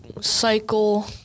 cycle